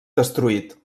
destruït